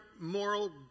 moral